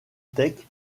teck